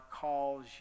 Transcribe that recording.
calls